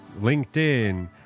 LinkedIn